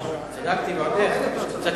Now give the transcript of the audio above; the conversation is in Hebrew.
צדקתי ועוד איך.